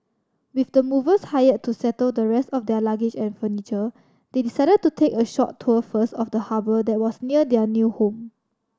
with the movers hire to settle the rest of their luggage and furniture they decided to take a short tour first of the harbour that was near their new home